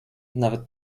nawet